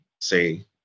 say